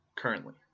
Currently